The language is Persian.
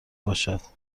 باشد